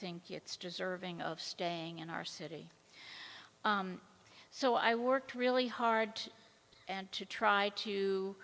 think it's deserving of staying in our city so i worked really hard and to try to